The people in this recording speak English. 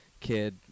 kid